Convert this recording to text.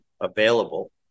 available